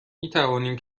میتوانیم